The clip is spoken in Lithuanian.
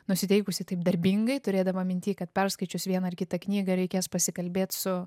nusiteikusi taip darbingai turėdama minty kad perskaičius vieną ar kitą knygą reikės pasikalbėt su